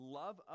love